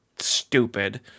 stupid